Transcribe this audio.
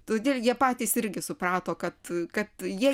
todėl jie patys irgi suprato kad kad jie